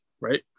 right